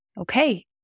Okay